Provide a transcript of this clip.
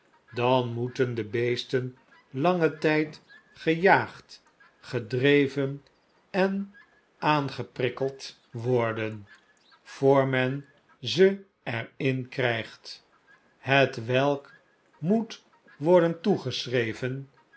dan moeten de beesten langen tjjd gejaagd gedreven en aangeprikkeld worden voor men ze er in krjjgt hetwelk moet worden